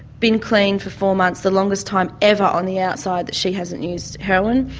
been clean for four months, the longest time ever on the outside that she hasn't used heroin,